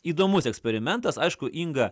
įdomus eksperimentas aišku inga